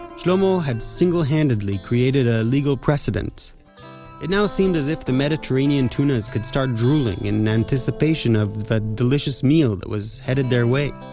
shlomo had single handedly created a legal precedent it now seemed as if the mediterranean tunas could start drooling, in anticipation of the delicious meal that was headed their way.